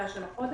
דחייה של חודש.